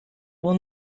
will